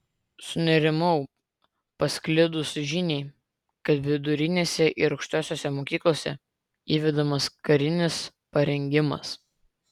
sunerimau pasklidus žiniai kad vidurinėse ir aukštosiose mokyklose įvedamas karinis parengimas